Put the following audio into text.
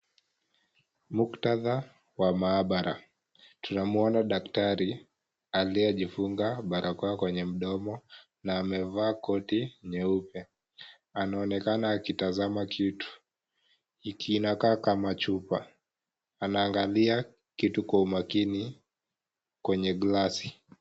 Muktadha wa maabara, tunamwona daktari, aliyejifunga balakoa kwenye mdomo na amevaa koti nyeupe. Anaonekana akitazama kitu, kinakaa kama chupa. Anaangalia kitu kwa umakini kwenye glass .